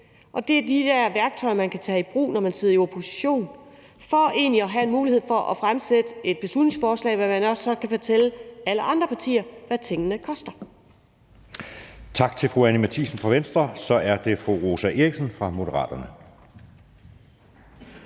Det er de der værktøjer, man kan tage i brug, når man sidder i opposition, for egentlig at have en mulighed for at fremsætte et beslutningsforslag, så man også kan fortælle alle andre partier, hvad tingene koster. Kl. 16:04 Anden næstformand (Jeppe Søe): Tak til fru Anni Matthiesen fra Venstre. Og så er det fru Rosa Eriksen fra Moderaterne.